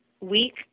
week